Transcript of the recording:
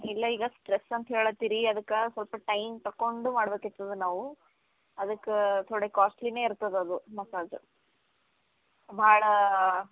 ಇಲ್ಲ ಈಗ ಸ್ಟ್ರೆಸ್ ಅಂತ ಹೇಳ್ಲತ್ತಿರಿ ಅದಕ್ಕೆ ಸ್ವಲ್ಪ ಟೈಮ್ ತಕೊಂಡು ಮಾಡ್ಬೇಕು ಆಯ್ತದ ನಾವು ಅದಕ್ಕ ತೋಡೆ ಕಾಸ್ಟ್ಲಿನೆ ಇರ್ತದ ಅದು ಮಸಾಜು ಭಾಳ